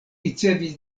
ricevis